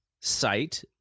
sight